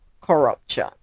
corruption